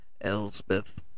Elspeth